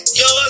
yo